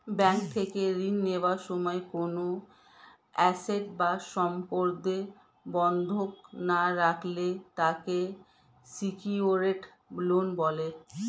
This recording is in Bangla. ব্যাংক থেকে ঋণ নেওয়ার সময় কোনো অ্যাসেট বা সম্পদ বন্ধক না রাখলে তাকে সিকিউরড লোন বলে